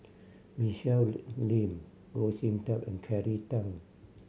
Michelle Lim Goh Sin Tub and Kelly Tang